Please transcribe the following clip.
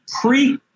pre